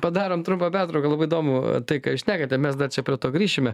padarom trumpą pertrauką labai įdomu tai ką jūs šnekate mes dar čia prie to grįšime